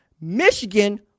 Michigan